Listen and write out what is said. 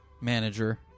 manager